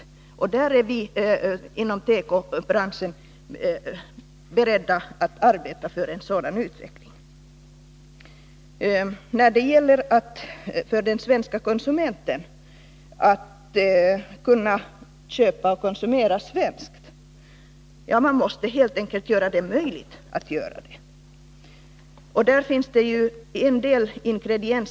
Inom tekobranschen är vi beredda att arbeta för en sådan utveckling. Man måste helt enkelt göra det möjligt för den svenske konsumenten att köpa svenskt.